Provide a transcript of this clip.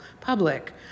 public